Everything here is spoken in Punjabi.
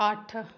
ਅੱਠ